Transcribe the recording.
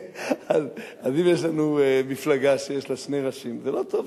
אז אם יש לנו מפלגה שיש לה שני ראשים זה לא טוב,